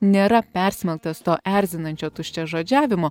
nėra persmelktas to erzinančio tuščiažodžiavimo